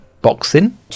Boxing